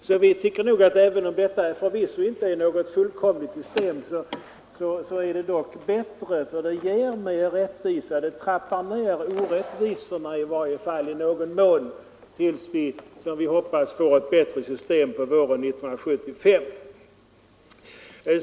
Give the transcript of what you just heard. Jag tycker därför att om vårt förslag inte är fullkomligt, så är det i alla fall bättre än propositionens eftersom det ger större rättvisa och trappar ner orättvisorna — i varje fall i någon mån — tills vi, som jag hoppas, får ett bättre system på våren 1975.